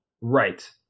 Right